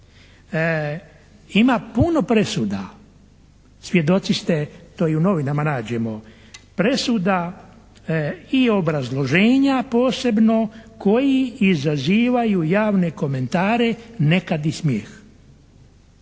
Ima puno presuda, svjedoci ste to i u novinama nađemo presuda i obrazloženja posebno koji izazivaju javne komentare, nekad i smijeh.